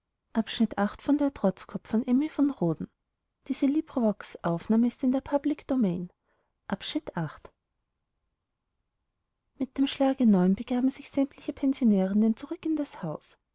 mit dem schlage neun begaben sich sämtliche pensionärinnen zurück in das haus